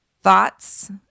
Thoughts